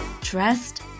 trust